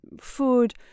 food